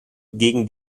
gegen